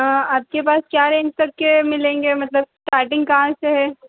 हाँ आपके पास क्या रेंज तक के मिलेंगे मतलब स्टार्टिंग कहाँ से है